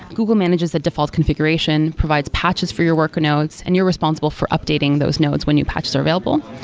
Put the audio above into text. google manages the default configuration, provides patches for your worker nodes and you're responsible for updating those nodes when your patches are available.